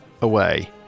away